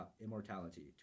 immortality